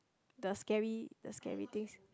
the scary the scary things